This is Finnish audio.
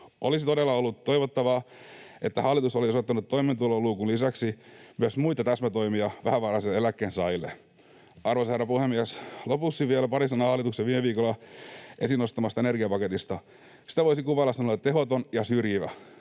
Olisi todella ollut toivottavaa, että hallitus olisi osoittanut toimeentuloluukun lisäksi myös muita täsmätoimia vähävaraisille eläkkeensaajille. Arvoisa herra puhemies! Lopuksi vielä pari sanaa hallituksen viime viikolla esiin nostamasta energiapaketista. Sitä voisi kuvailla sanoilla tehoton ja syrjivä.